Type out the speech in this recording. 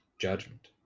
Judgment